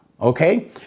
Okay